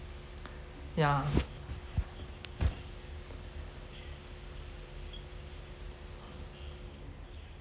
yeah